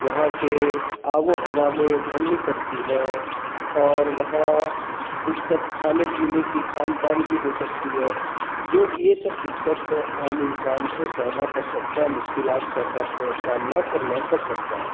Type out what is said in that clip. وہاں کے آب و ہوا میں ڈھلنی پڑتی ہے اور وہاں دقت کھانے پینے کی کھان پان کی ہو سکتی ہے جو یہ سب دقت عام انسان کو سہنا پر سکتا ہے مشکلات کا سامنا کرنا پڑ سکتا ہے